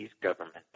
government